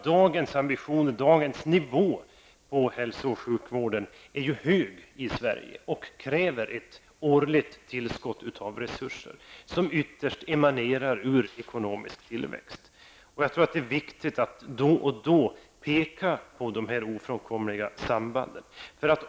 Men redan dagens nivå på hälso och sjukvården i Sverige är hög och kräver ett årligt tillskott av resurser, som ytterst emanerar ur ekonomisk tillväxt. Jag tror att det är viktigt att då och då peka på dessa ofrånkomliga samband.